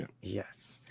yes